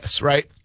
right